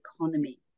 economy